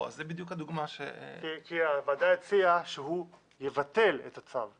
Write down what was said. זו בדיוק הדוגמה ש --- כי הוועדה הציעה שהוא יבטל את הצו.